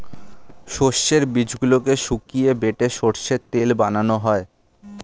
সর্ষের বীজগুলোকে শুকিয়ে বেটে সর্ষের তেল বানানো হয়